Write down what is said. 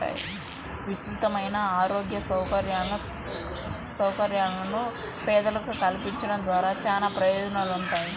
విస్తృతమైన ఆరోగ్య సౌకర్యాలను పేదలకు కల్పించడం ద్వారా చానా ప్రయోజనాలుంటాయి